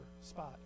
spot